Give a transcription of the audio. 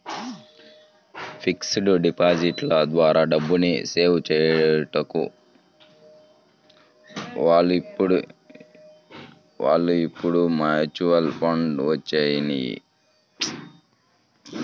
fixed డిపాజిట్ల ద్వారా డబ్బుని సేవ్ చేసుకునే వాళ్ళు ఇప్పుడు మ్యూచువల్ ఫండ్లు వచ్చినియ్యి